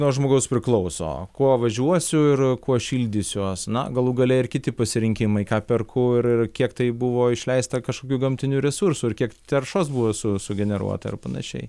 nuo žmogaus priklauso kuo važiuosiu ir kuo šildysiuos na galų gale ir kiti pasirinkimai ką perku ir kiek tai buvo išleista kažkokių gamtinių resursų ir kiek taršos buvo su sugeneruota ir panašiai